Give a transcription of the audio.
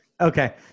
Okay